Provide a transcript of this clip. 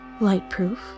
lightproof